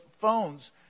phones